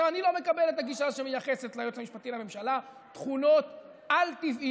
אני לא מקבל את הגישה שמייחסת ליועץ המשפטי לממשלה תכונות על-טבעיות,